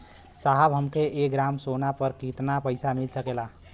साहब हमके एक ग्रामसोना पर कितना पइसा मिल सकेला?